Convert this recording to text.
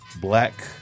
Black